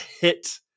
hit